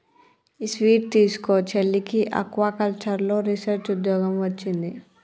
ఈ స్వీట్ తీస్కో, చెల్లికి ఆక్వాకల్చర్లో రీసెర్చ్ ఉద్యోగం వొచ్చింది